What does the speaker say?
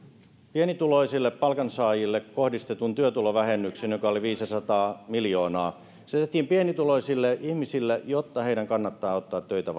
pienituloisille palkansaajille kohdistetun työtulovähennyksen joka oli viisisataa miljoonaa se tehtiin pienituloisille ihmisille jotta heidän kannattaa ottaa töitä